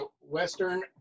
Western